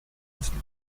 мыслить